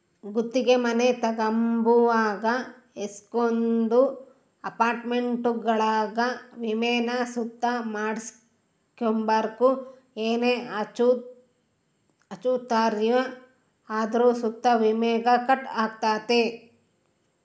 ಗುತ್ತಿಗೆ ಮನೆ ತಗಂಬುವಾಗ ಏಸಕೊಂದು ಅಪಾರ್ಟ್ಮೆಂಟ್ಗುಳಾಗ ವಿಮೇನ ಸುತ ಮಾಡ್ಸಿರ್ಬಕು ಏನೇ ಅಚಾತುರ್ಯ ಆದ್ರೂ ಸುತ ವಿಮೇಗ ಕಟ್ ಆಗ್ತತೆ